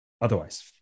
otherwise